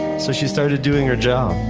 so she started doing her job,